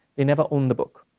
they never own the book.